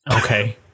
Okay